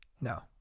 No